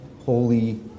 holy